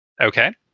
Okay